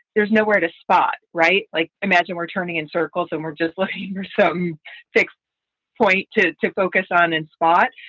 there's nowhere to spot. right. like, imagine we're turning in circles and we're just looking for some fixed point to to focus on and spot.